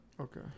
Okay